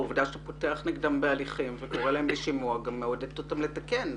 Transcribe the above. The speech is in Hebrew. העובדה שאתה פותח נגדם הליך וקורא להם לשימוע גם מעודדת אותם לתקן.